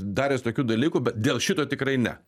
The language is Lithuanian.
daręs tokių dalykų bet dėl šito tikrai ne